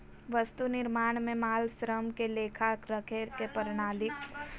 वस्तु निर्माण में माल, श्रम के लेखा रखे के प्रणाली के लागत कहो हइ